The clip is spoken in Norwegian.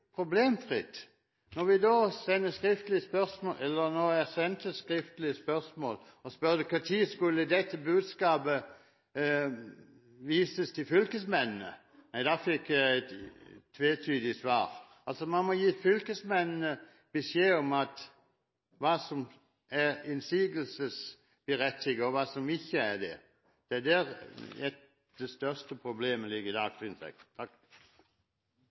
når dette budskapet skulle vises til fylkesmennene, fikk jeg et tvetydig svar. Man må gi fylkesmennene beskjed om hva som er innsigelsesberettiget, og hva som ikke er det. Det er der det største problemet ligger i